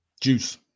Juice